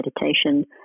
meditation